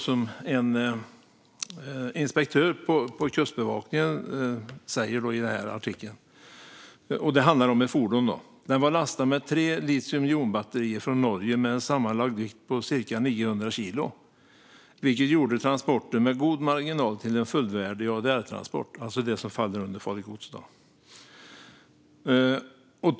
Jonna Ström, inspektör på Kustbevakningen, säger om en lastbil: "Den var lastad med tre litiumjonbatterier från Norge med en sammanlagd vikt på cirka 900 kilo vilket gjorde transporten med god marginal till en fullvärdig ADR-transport" - det vill säga en transport med farligt gods.